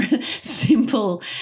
simple